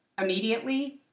Immediately